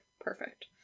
Perfect